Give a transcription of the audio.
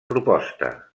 proposta